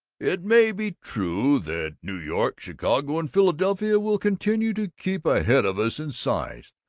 it may be true that new york, chicago, and philadelphia will continue to keep ahead of us in size.